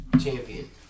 champion